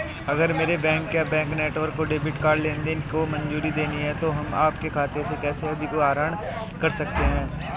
अगर मेरे बैंक या बैंक नेटवर्क को डेबिट कार्ड लेनदेन को मंजूरी देनी है तो हम आपके खाते से कैसे अधिक आहरण कर सकते हैं?